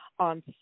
On